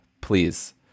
Please